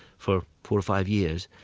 for four or five years.